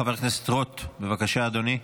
חבר הכנסת רוט, בבקשה, אדוני.